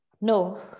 no